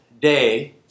day